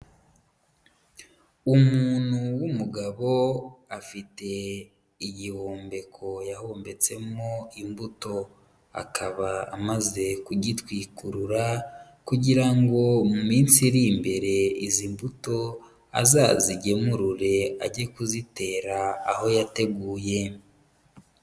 Umuntu w'umugabo afite igihumbeko yahumetsemo imbuto, akaba amaze kugitwikurura, kugira ngo mu minsi iri imbere izi mbuto azazigemurure ajye kuzitera aho yateguye.